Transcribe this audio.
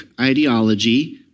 ideology